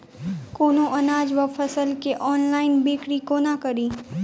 कोनों अनाज वा फसल केँ ऑनलाइन बिक्री कोना कड़ी?